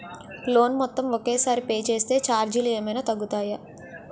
Loan మొత్తం ఒకే సారి పే చేస్తే ఛార్జీలు ఏమైనా తగ్గుతాయా?